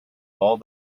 all